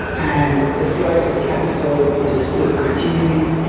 and the flight of capital is still continuing.